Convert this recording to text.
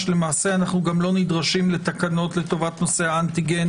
למעשה אנו גם לא נדרשים לתקנות לנושא האנטיגן